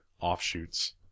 offshoots